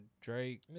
Drake